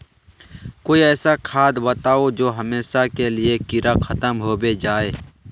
कोई ऐसा खाद बताउ जो हमेशा के लिए कीड़ा खतम होबे जाए?